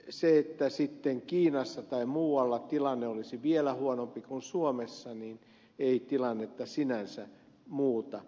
se että sitten kiinassa tai muualla tilanne olisi vielä huonompi kuin suomessa ei tilannetta sinänsä muuta